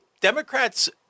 Democrats